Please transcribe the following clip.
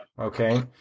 Okay